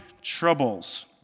troubles